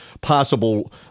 possible